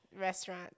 restaurant